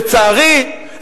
לצערי,